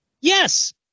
Yes